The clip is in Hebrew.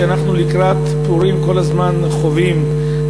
שלקראת פורים אנחנו כל הזמן חווים,